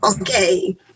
okay